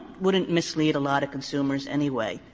wouldn't mislead a lot of consumers anyway,